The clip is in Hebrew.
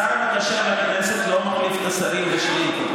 השר המקשר לכנסת לא מחליף את השרים בשאילתות.